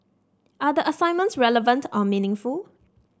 are the assignments relevant or meaningful